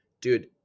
dude